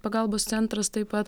pagalbos centras taip pat